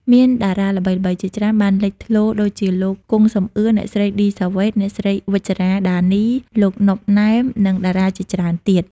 មានតារាល្បីៗជាច្រើនបានលេចធ្លោរដូចជាលោក គង់ សំអឿន អ្នកស្រី ឌី សាវ៉េត អ្នកស្រី វិជ្ជរ៉ា ដានី លោក ណុប ណែម និងតារាជាច្រើនទៀត។